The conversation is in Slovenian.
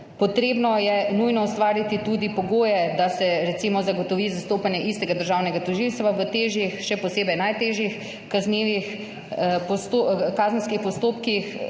Potrebno je nujno ustvariti tudi pogoje, da se recimo zagotovi zastopanje istega državnega tožilca v težjih, še posebej najtežjih kaznivih kazenskih